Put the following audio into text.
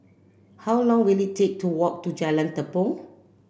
how long will it take to walk to Jalan Tepong